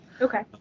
okay